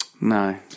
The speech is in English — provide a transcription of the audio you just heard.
No